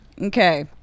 Okay